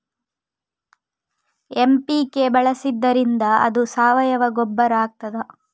MPK ಬಳಸಿದ್ದರಿಂದ ಅದು ಸಾವಯವ ಗೊಬ್ಬರ ಆಗ್ತದ?